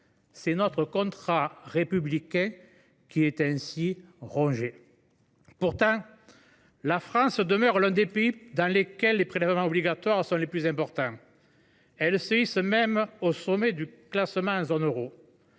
C’est notre contrat républicain qui est ainsi rongé. Pourtant, la France demeure l’un des pays dans lesquels les prélèvements obligatoires sont les plus importants. Elle se hisse même au sommet du classement en zone euro.